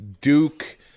Duke